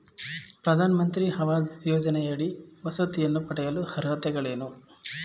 ಪ್ರಧಾನಮಂತ್ರಿ ಆವಾಸ್ ಯೋಜನೆಯಡಿ ವಸತಿಯನ್ನು ಪಡೆಯಲು ಅರ್ಹತೆಗಳೇನು?